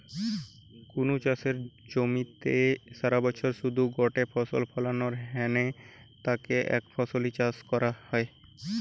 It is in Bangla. কুনু চাষের জমিরে সারাবছরে শুধু গটে ফসল ফলানা হ্যানে তাকে একফসলি চাষ কয়া হয়